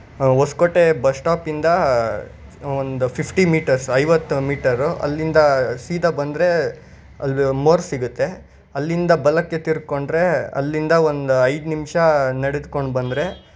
Hoskote bus ಸ್ಟಾಪಿಂದ ಒಂದು fifty metres ಐವತ್ತು ಮೀಟರು ಅಲ್ಲಿಂದ ಸೀದಾ ಬಂದರೆ ಅಲ್ಲಿ ಮೋರ್ ಸಿಗತ್ತೆ ಅಲ್ಲಿಂದ ಬಲಕ್ಕೆ ತಿರ್ಕೊಂಡ್ರೆ ಅಲ್ಲಿಂದ ಒಂದು ಐದು ನಿಮಿಷ ನಡೆದ್ಕೊಂಡು ಬಂದರೆ